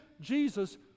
Jesus